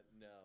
no